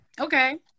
Okay